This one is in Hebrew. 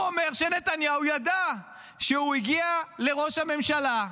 הוא אומר שנתניהו ידע, שהוא הגיע לראש הממשלה,